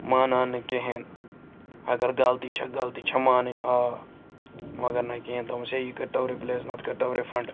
مانان نہٕ کِہیٖنۍ اگر غلطی چھَ غلطی چھَ مانٕنۍ آ مگر نہ کِہیٖنۍ دوٚپمس ہیےیہِ کٔرِ تو رِپلیس نَتہٕ کٔرِتو رِفنٛڈ